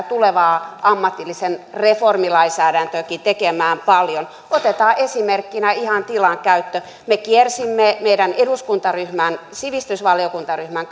tulevaa ammatillista reformilainsäädäntöäkin tekemään paljon otetaan esimerkkinä ihan tilankäyttö me kiersimme meidän eduskuntaryhmän sivistysvaliokuntaryhmän